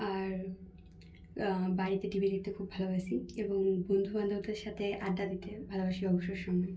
আর বাড়ি থেকে বেরোতে খুব ভালোবাসি এবং বন্ধুবান্ধবদের সাথে আড্ডা দিতে ভালোবাসি অবসর সময়ে